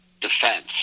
defense